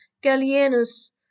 Gallienus